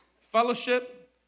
Fellowship